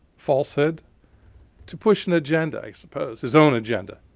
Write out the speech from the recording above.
falsehoods, to push an agenda, i suppose. his own agenda.